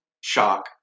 shock